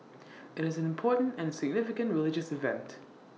IT is an important and significant religious event